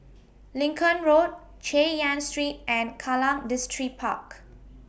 Lincoln Road Chay Yan Street and Kallang Distripark